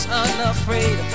unafraid